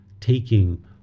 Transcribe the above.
taking